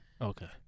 Okay